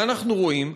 מה אנחנו רואים?